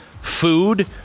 Food